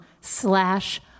slash